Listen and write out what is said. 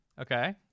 Okay